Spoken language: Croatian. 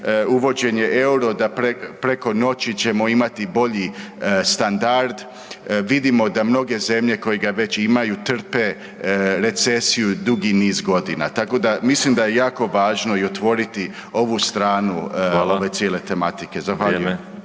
uvođenje EUR-o da preko noći ćemo imati bolji standard. Vidimo da mnoge zemlje koje ga već imaju trpe recesiju dugi niz godina. Tako da mislim da je jako važno i otvoriti ovu stranu …/Upadica: Hvala/…ove